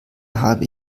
habe